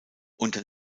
unter